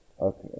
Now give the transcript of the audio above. Okay